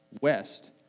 west